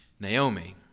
Naomi